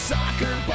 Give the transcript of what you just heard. Soccer